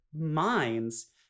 minds